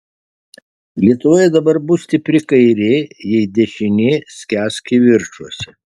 lietuvoje dabar bus stipri kairė jei dešinė skęs kivirčuose